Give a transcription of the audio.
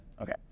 Okay